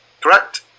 Correct